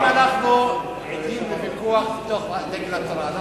האם אנחנו עדים לוויכוח בתוך דגל התורה?